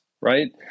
right